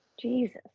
Jesus